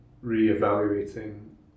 re-evaluating